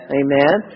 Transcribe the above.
amen